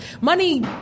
Money